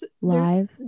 live